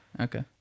Okay